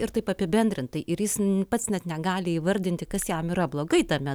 ir taip apibendrintai ir jis pats net negali įvardinti kas jam yra blogai tame